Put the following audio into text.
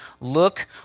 Look